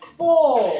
four